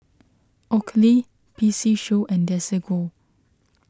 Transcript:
Oakley P C Show and Desigual